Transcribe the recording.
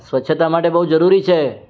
આ સ્વચ્છતા માટે બહુ જરૂરી છે